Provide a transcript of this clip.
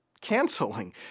canceling